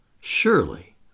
Surely